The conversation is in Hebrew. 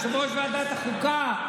יושב-ראש ועדת החוקה,